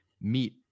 meet